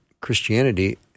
christianity